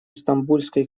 стамбульской